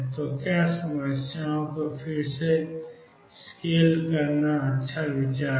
तो क्या समस्या को फिर से स्केल करना अच्छा विचार है